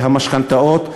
המשכנתאות,